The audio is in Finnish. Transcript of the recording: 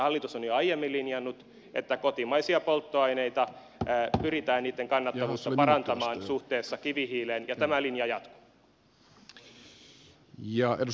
hallitus on jo aiemmin linjannut että kotimaisten polttoaineiden kannattavuutta pyritään parantamaan suhteessa kivihiileen ja tämä linja jatkuu